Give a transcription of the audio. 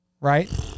right